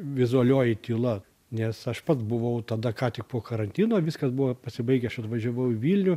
vizualioji tyla nes aš pats buvau tada ką tik po karantino viskas buvo pasibaigę aš atvažiavau į vilnių